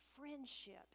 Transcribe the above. friendships